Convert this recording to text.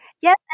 Yes